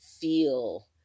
feel